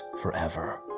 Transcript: forever